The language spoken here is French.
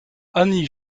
annie